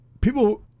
people